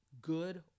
good